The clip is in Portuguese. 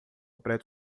preto